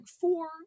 four